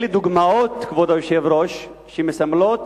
אלה דוגמאות, כבוד היושב-ראש, שמסמלות